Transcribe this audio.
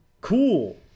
Cool